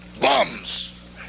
bums